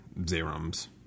Zerum's